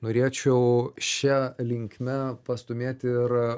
norėčiau šia linkme pastūmėti ir